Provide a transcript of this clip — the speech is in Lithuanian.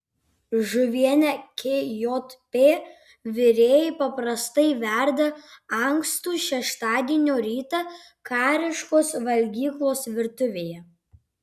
žuvienę kjp virėjai paprastai verda ankstų šeštadienio rytą kariškos valgyklos virtuvėje